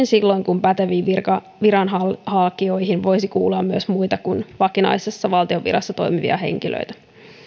silloin kun päteviin viranhakijoihin voisi kuulua myös muita kuin vakinaisessa valtion virassa toimivia henkilöitä